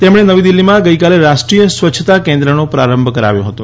તેમણે નવી દિલ્ઠીમાં ગઈકાલે રાષ્ટ્રીય સ્વચ્છતા કેન્દ્રનો પ્રારંભ કરાવ્યો હતો